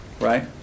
right